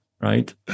Right